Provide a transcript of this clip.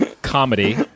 comedy